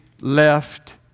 left